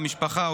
המשפחה,